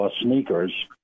sneakers